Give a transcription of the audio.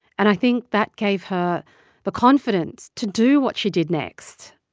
and i think that gave her the confidence to do what she did next,